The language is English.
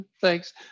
thanks